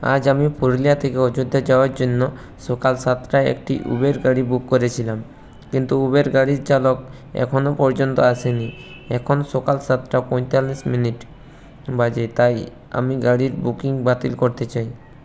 আজ আমি পুরুলিয়া থেকে অযোধ্যা যাওয়ার জন্য সকাল সাতটায় একটি উবের গাড়ি বুক করেছিলাম কিন্তু উবের গাড়ির চালক এখনও পর্যন্ত আসেনি এখন সকাল সাতটা পঁয়তাল্লিশ মিনিট বাজে তাই আমি গাড়ির বুকিং বাতিল করতে চাই